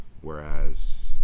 whereas